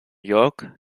york